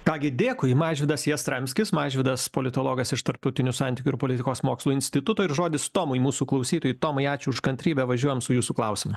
ką gi dėkui mažvydas jastramskis mažvydas politologas iš tarptautinių santykių ir politikos mokslų instituto ir žodis tomui mūsų klausytojui tomai ačiū už kantrybę važiuojam su jūsų klausimu